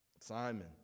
Simon